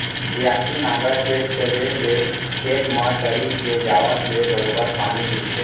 बियासी नांगर के चले ले खेत म तरी के जावत ले बरोबर पानी मिलथे